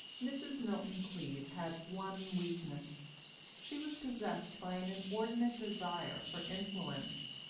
mrs. milton-cleave had one weakness she was possessed by an inordinate desire for influence.